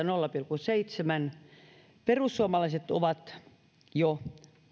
nolla pilkku seitsemän hoitajamitoituksesta perussuomalaiset ovat jo